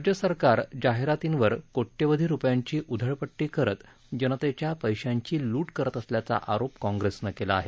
राज्य सरकार जाहिरातींवर कोट्यवधि रुपयांची उधळपट्टी करत जनतेच्या पैशांची लूट करत असल्याचा आरोप काँप्रेसनं केला आहे